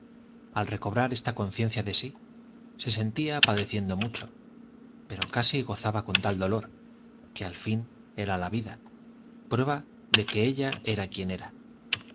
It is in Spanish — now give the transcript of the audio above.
al recobrar esta conciencia de sí se sentía padeciendo mucho pero casi gozaba con tal dolor que al fin era la vida prueba de que ella era quien era